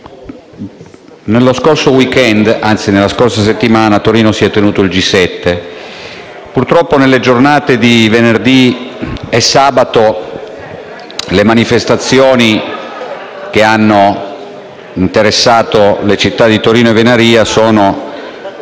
Signor Presidente, la scorsa settimana a Torino si è tenuto il G7 e purtroppo nelle giornate di venerdì e sabato le manifestazioni che hanno interessato le città di Torino e Venaria sono,